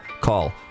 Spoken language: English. Call